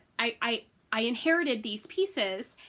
i i inherited these pieces,